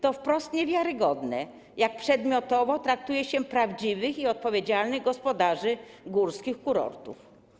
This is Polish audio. To wprost niewiarygodne, jak przedmiotowo traktuje się prawdziwych i odpowiedzialnych gospodarzy górskich kurortów.